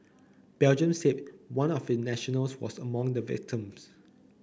Belgium said one of its nationals was among the victims